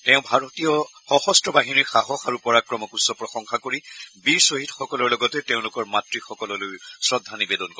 তেওঁ ভাৰতীয় সশস্ত্ৰ বাহিনীৰ সাহস আৰু পৰাক্ৰমক উচ্চ প্ৰশংসা কৰি বীৰ শ্বহীদসকলৰ লগতে তেওঁলোকৰ মাতৃসকললৈ শ্ৰদ্ধা নিবেদন কৰে